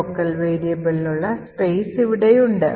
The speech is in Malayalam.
local variablesനുള്ള space ഇവിടെയുണ്ട്